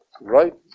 right